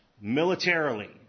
militarily